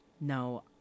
No